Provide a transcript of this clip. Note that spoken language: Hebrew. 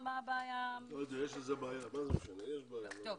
מי שממתין שנים רבות וגם דואגים שמי שלא זכאי יקבל תשובה שלילית.